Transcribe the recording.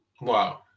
Wow